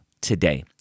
today